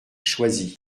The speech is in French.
choisi